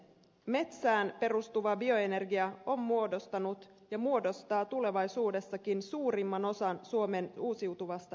metsään perustuva bioenergia on muodostanut ja muodostaa tulevaisuudessakin suurimman osan suomen uusiutuvasta energiasta